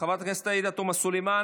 חברת הכנסת עאידה תומא סלימאן,